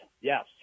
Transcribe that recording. yes